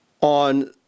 on